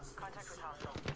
contrast with us.